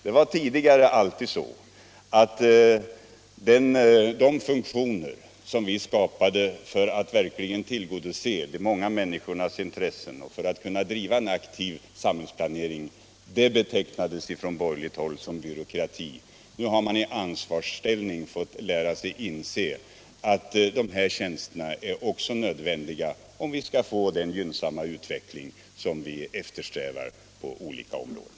Det var tidigare alltid så, att de funktioner som vi skapade för att tillgodose de många människornas intressen och för att kunna driva en aktiv samhällsplanering från borgerligt håll betecknades som byråkrati. Nu har man i ansvarsställning fått lära sig att de här tjänsterna är nödvändiga, om vi skall få den utveckling som vi eftersträvar på olika områden.